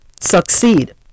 succeed